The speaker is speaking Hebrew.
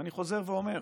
ואני חוזר ואומר: